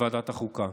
לוועדת החוקה.